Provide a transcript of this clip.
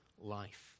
life